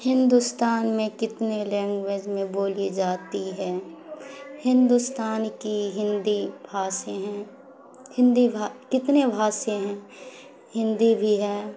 ہندوستان میں کتنے لینگویج میں بولی جاتی ہے ہندوستان کی ہندی بھاشے ہیں ہندی بھا کتنے بھاشے ہیں ہندی بھی ہے